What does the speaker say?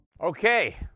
Okay